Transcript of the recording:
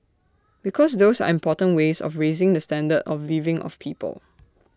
because those are important ways of raising the standard of living of people